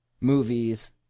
movies